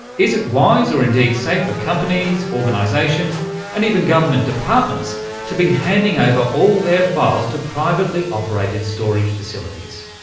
is it wise or indeed safe for companies, organisations and even government departments to be handing over all their files to privately operated storage facilities?